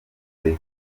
turi